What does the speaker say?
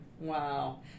Wow